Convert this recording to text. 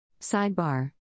Sidebar